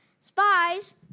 Spies